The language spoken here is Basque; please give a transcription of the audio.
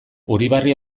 uribarri